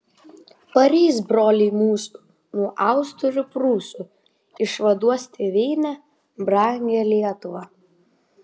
pareis broliai mūsų nuo austrų ir prūsų išvaduos tėvynę brangią lietuvą